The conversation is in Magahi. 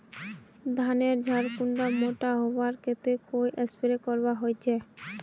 धानेर झार कुंडा मोटा होबार केते कोई स्प्रे करवा होचए?